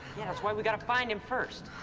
yeah, that's why we've gotta find him first.